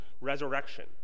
resurrection